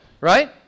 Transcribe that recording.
Right